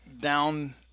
down